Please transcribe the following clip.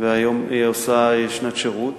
והיום היא עושה שנת שירות,